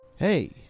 Hey